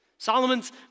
Solomon's